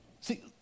See